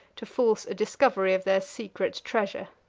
to force a discovery of their secret treasure.